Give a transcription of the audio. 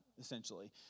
essentially